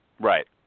Right